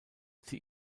sie